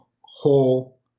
whole